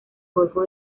golfo